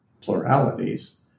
pluralities